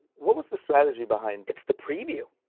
what was the strategy behind it's the preview.